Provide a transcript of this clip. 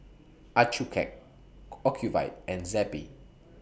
Accucheck Ocuvite and Zappy